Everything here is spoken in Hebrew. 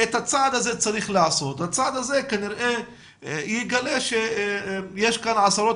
את הצעד הזה צריך לעשות והצעד הזה כנראה יגלה שיש כאן עשרות